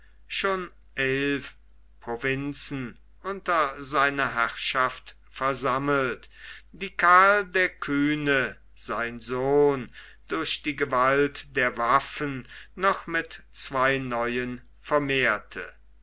schon eilf provinzen unter seine herrschaft versammelt die karl der kühne sein sohn durch die gewalt der waffen noch mit zwei neuen vermehrte